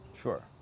Sure